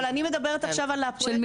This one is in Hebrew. אבל אני מדברת על --- שלכם?